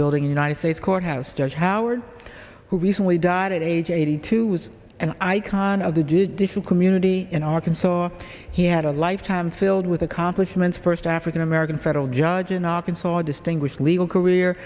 building united states courthouse judge howard who recently died at age eighty two was an icon of the did issue community in arkansas he had a lifetime filled with accomplishments first african american federal judge an arkansas distinguished legal career